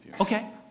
Okay